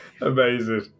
Amazing